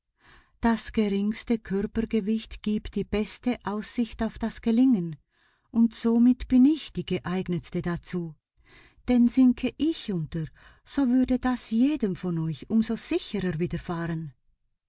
das geringste körpergewicht gibt die beste aussicht auf das gelingen und somit bin ich die geeignetste dazu denn sinke ich unter so würde das jedem von euch umso sicherer widerfahren